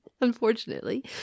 Unfortunately